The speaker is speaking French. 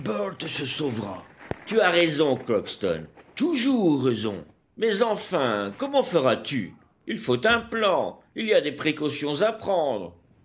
se sauvera tu as raison crockston toujours raison mais enfin comment feras-tu il faut un plan il y a des précautions à prendre